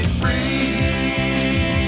free